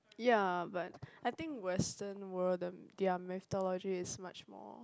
ya but I think Western world their meteorology is much more